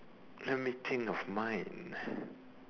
let me think of mine